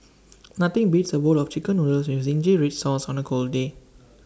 nothing beats A bowl of Chicken Noodles with Zingy Red Sauce on A cold day